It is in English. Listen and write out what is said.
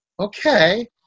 Okay